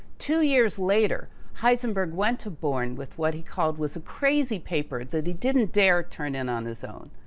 two years later, heisenberg went to born with what he called was a crazy paper that he didn't dare turn in on his own.